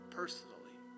personally